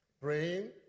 praying